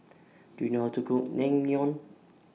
Do YOU know How to Cook Naengmyeon